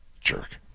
Jerk